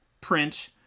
print